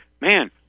Man